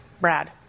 Brad